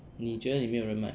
你觉得你没有人脉